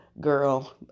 girl